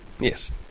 Yes